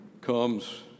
comes